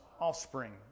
offspring